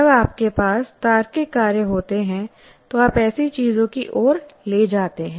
जब आपके पास तार्किक कार्य होते हैं तो आप ऐसी चीजों की ओर ले जाते हैं